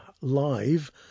live